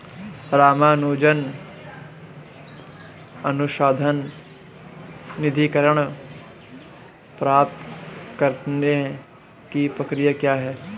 रामानुजन अनुसंधान निधीकरण प्राप्त करने की प्रक्रिया क्या है?